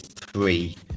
three